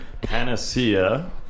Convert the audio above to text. panacea